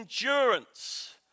endurance